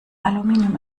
aluminium